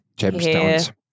gemstones